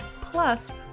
Plus